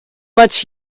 much